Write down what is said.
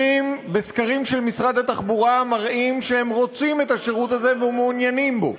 סקרים של משרד התחבורה מראים שאנשים רוצים את השירות הזה ומעוניינים בו.